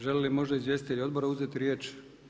Želi li možda izvjestitelj odbora uzeti riječ?